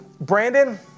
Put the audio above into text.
Brandon